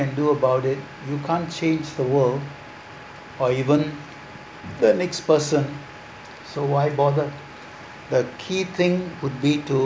can do about it you can't change the world or even the next person so why bother the key thing would be to